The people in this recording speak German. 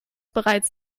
bereits